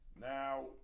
Now